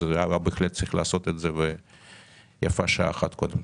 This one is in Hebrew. בהחלט צריך להטיל אותו ויפה שעה אחת קודם.